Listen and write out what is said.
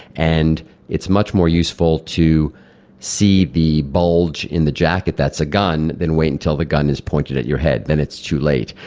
and it's much more useful to see the bulge in the jacket that's a gun than wait until the gun is pointed at your head, then it's too late.